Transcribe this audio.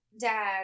Dad